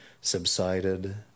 subsided